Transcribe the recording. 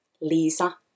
Lisa